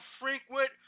frequent